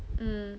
mm